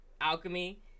alchemy